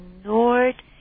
ignored